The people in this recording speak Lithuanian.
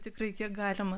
tikrai kiek galima